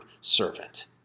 servant